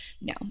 No